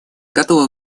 готова